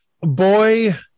Boy